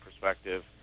perspective